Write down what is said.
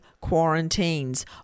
quarantines